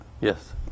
Yes